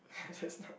just talk